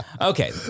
Okay